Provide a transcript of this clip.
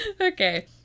Okay